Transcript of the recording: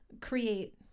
create